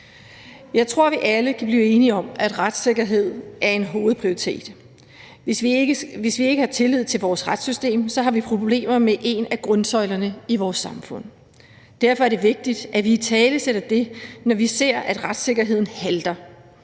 Jeg tror, vi alle kan blive enige om, at retssikkerhed er en hovedprioritet. Hvis vi ikke har tillid til vores retssystem, har vi problemer med en af grundsøjlerne i vores samfund. Derfor er det vigtigt, at vi italesætter det, når vi ser, at retssikkerheden halter.